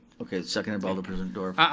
okay, seconded by alderperson dorff.